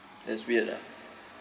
it's weird ah